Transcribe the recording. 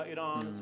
Iran